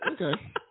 Okay